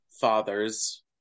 fathers